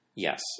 Yes